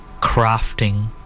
crafting